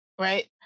right